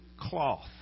cloth